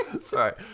Sorry